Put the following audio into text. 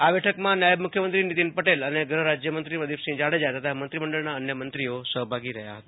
આ બેઠકમાં નાયબ મુખ્યમંત્રી નીતિન પટેલ અને ગ્રહરાજ્યમંત્રી પ્રદિપસિંહ જાડેજા તથા મંત્રીમંડળના અન્ય મંત્રીઓ સહભાગી થયા હતા